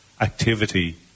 activity